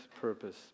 purpose